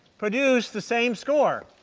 produce the same score.